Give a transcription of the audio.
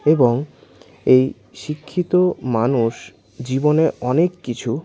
এবং এই শিক্ষিত মানুষ জীবনে অনেক কিছু